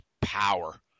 power